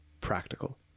practical